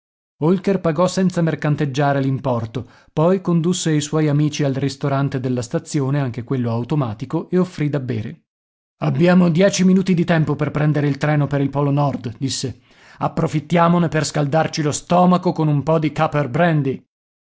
holker pagò senza mercanteggiare l'importo poi condusse i suoi amici al ristorante della stazione anche quello automatico e offrì da bere abbiamo dieci minuti di tempo per prendere il treno per il polo nord disse approfittiamone per scaldarci lo stomaco con un po di caper brandy